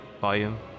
volume